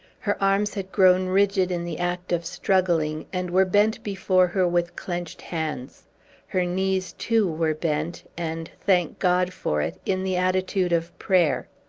her arms had grown rigid in the act of struggling, and were bent before her with clenched hands her knees, too, were bent, and thank god for it in the attitude of prayer.